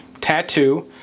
tattoo